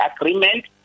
agreement